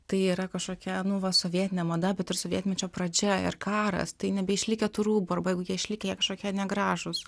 tai yra kažkokia nu va sovietinė mada bet ir sovietmečio pradžia ir karas tai nebeišlikę tų rūbų arba jeigu jie išlikę jie kažkokie negražūs